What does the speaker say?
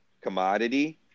commodity